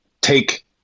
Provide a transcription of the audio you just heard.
take